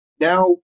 now